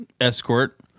escort